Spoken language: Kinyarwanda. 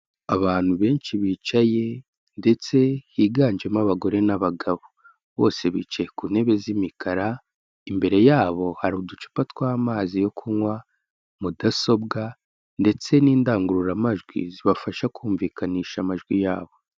Abantu benshi bicaye ndetse higanjemo abagore n'abagabo, bose bicaye ku ntebe z'imikara, imbere yabo hari uducupa tw'amazi yo kunywa, mudasobwa ndetse n'indangururamajwi zibafasha kumvikanisha amajwi yabo.